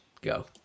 Go